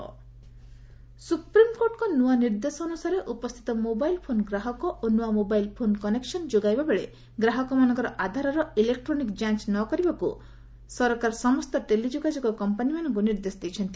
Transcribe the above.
government Aadhaar ସୁପ୍ରିମ୍କୋର୍ଟଙ୍କର ନୂଆ ନିର୍ଦ୍ଦେଶ ଅନୁସାରେ ଉପସ୍ଥିତ ମୋବାଇଲ୍ ଫୋନ୍ ଗ୍ରାହକ ଓ ନୂଆ ମୋବାଇଲ୍ କନେକ୍ସନ୍ ଯୋଗାଇବା ସ୍ଥଳେ ଗ୍ରାହକମାନଙ୍କର ଆଧାରର ଇଲେକ୍ଟ୍ରୋନିକ୍ ଯାଞ୍ଚ ନ କରିବାକୁ ସରକାର ସମସ୍ତ ଟେଲି ଯୋଗାଯୋଗ କମ୍ପାନୀମାନଙ୍କୁ ନିର୍ଦ୍ଦେଶ ଦେଇଛନ୍ତି